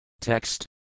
Text